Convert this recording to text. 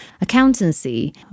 accountancy